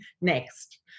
next